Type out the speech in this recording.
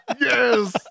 Yes